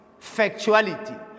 factuality